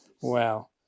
Wow